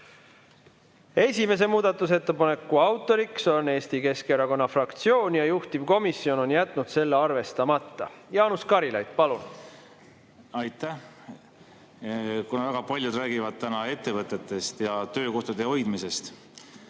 Esimese muudatusettepaneku autor on Eesti Keskerakonna fraktsioon ja juhtivkomisjon on jätnud selle arvestamata. Jaanus Karilaid, palun! Aitäh! Väga paljud räägivad täna ettevõtetest ja töökohtade hoidmisest.